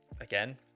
again